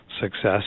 success